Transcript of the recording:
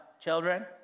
Children